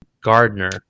Gardner